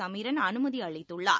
Sameeran அனுமதிஅளித்துள்ளார்